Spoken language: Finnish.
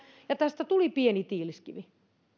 ja tästä tuli pieni tiiliskivi